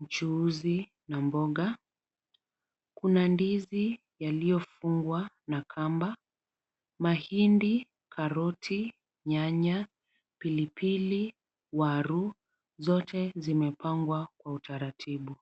mchuuzi na mboga. Kuna ndizi yaliyofungwa na kamba, mahindi, karoti, nyanya, pilipili, waru . Zote zimepangwa kwa utaratibu.